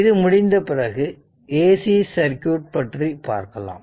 இது முடிந்த பிறகு ac சர்க்யூட் பற்றி பார்க்கலாம்